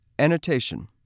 Annotation